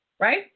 Right